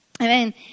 Amen